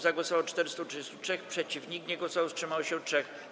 Za głosowało 433, przeciw nikt nie głosował, wstrzymało się 3.